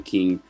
King